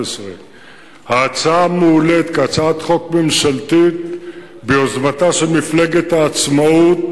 מועלית כהצעת חוק ממשלתית ביוזמתה של מפלגת העצמאות